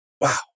Wow